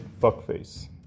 fuckface